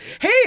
Hey